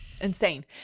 Insane